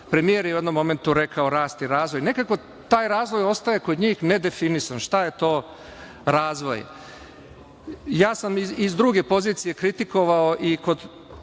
Premijer je u jednom momentu rekao – rast i razvoj. Nekako taj razvoj ostaje kod njih nedefinisan - šta je to razvoj. Ja sam iz druge pozicije kritikovao i kod